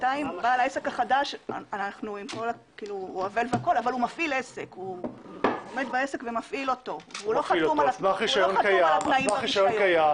בינתיים בעל העסק החדש מפעיל עסק והוא לא חתום על התנאים ברישיון.